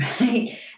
right